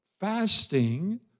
Fasting